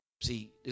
See